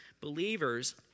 believers